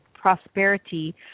prosperity